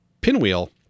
Pinwheel